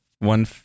One